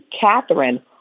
Catherine